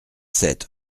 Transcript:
sept